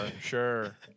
Sure